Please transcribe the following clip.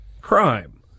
crime